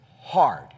hard